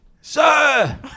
Sir